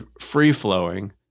free-flowing